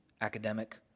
academic